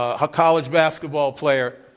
a ah college basketball player,